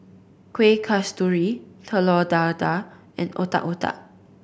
Kueh Kasturi Telur Dadah and Otak Otak